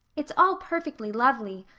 it's all perfectly lovely.